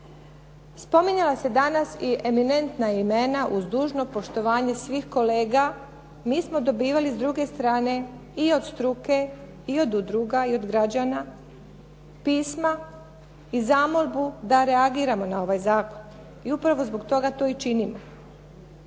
Spominjala se danas i eminentna imena uz dužno poštovanje svih kolega. Mi smo dobivali s druge strane i od struke i od udruga i od građana pisma i zamolbu da reagiramo na ovaj zakon i upravo zbog toga to i činimo.